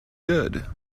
good